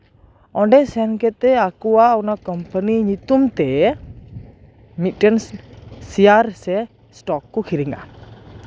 ᱚᱸᱰᱮ ᱥᱮᱱ ᱠᱟᱛᱮ ᱟᱠᱚᱣᱟᱜ ᱚᱱᱟ ᱠᱚᱢᱯᱟᱱᱤ ᱧᱩᱛᱩᱢ ᱛᱮ ᱢᱤᱫᱴᱮᱱ ᱥᱮᱭᱟᱨ ᱥᱮ ᱥᱴᱚᱠ ᱠᱚ ᱠᱤᱨᱤᱧᱟ